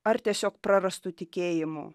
ar tiesiog prarastu tikėjimu